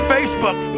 Facebook